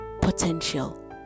potential